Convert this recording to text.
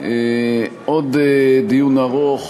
עוד דיון ארוך